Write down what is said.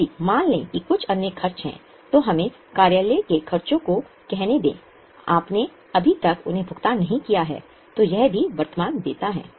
यदि मान लें कि कुछ अन्य खर्च हैं तो हमें कार्यालय के खर्चों को कहने दें आपने अभी तक उन्हें भुगतान नहीं किया है तो यह भी वर्तमान देयता है